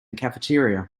cafeteria